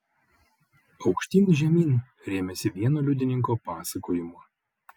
aukštyn žemyn rėmėsi vieno liudininko pasakojimu